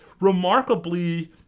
remarkably